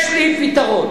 יש לי פתרון,